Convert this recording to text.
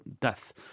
death